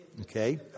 Okay